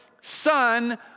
Son